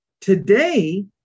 Today